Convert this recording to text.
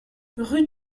rue